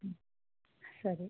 ಸರಿ